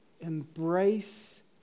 embrace